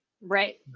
Right